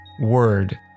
word